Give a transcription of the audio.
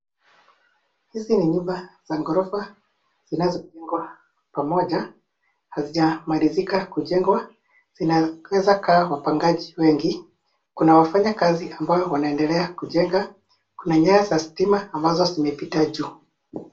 Hizi ni nyumba za ghorofa zinazojengwa pamoja, hazijamalizika kujengwa, zinaweza kaa wapangaji wengi. Kuna wafanya kazi ambao wanaendelea kujenga, kuna nyaya za stima ambazo zimepita juu.